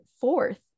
fourth